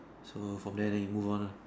so from there then you move on uh